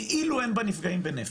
כאילו אין בה נפגעים בנפש.